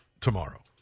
tomorrow